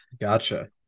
gotcha